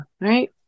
right